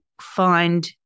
find